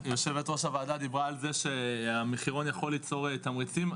יושבת ראש הוועדה דיברה על זה שהמחירון יכול ליצור תמריצים,